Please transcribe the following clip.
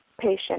patient